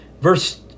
Verse